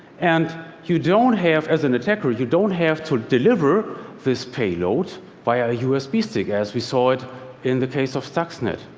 and you don't have as an attacker you don't have to deliver this payload by a usb stick, as we saw it in the case of stuxnet.